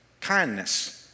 Kindness